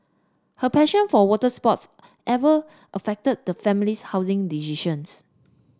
her passion for water sports every affected the family's housing decisions